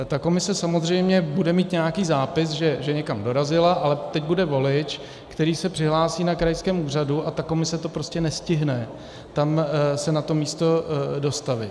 Ta komise samozřejmě bude mít nějaký zápis, že někam dorazila, ale teď bude volič, který se přihlásí na krajském úřadu, a ta komise to prostě nestihne tam se na to místo dostavit.